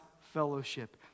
fellowship